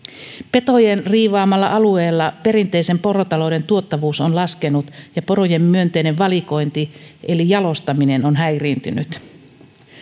petojen riivaamalla alueella perinteisen porotalouden tuottavuus on laskenut ja porojen myönteinen valikointi eli jalostaminen on häiriintynyt